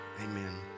Amen